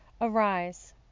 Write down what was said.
Arise